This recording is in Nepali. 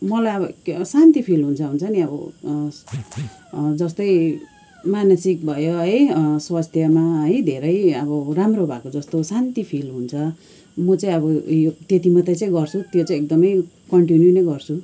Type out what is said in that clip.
मलाई अब शान्ति फिल हुन्छ हुन्छ नि अब जस्तै मानसिक भयो है स्वास्थ्यमा है धेरै अब राम्रो भएको जस्तो शान्ति फिल हुन्छ म चाहिँ अब यो त्यति मात्रै चाहिँ गर्छु त्यो चाहिँ एकदमै कन्टिन्यु नै गर्छु